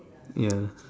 ya